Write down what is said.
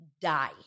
die